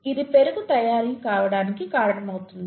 ఇది పెరుగు తయారు కావటానికి కారణమవుతుంది